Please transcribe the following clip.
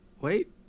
wait